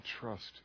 trust